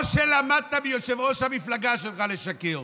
או שלמדת מיושב-ראש המפלגה שלך לשקר.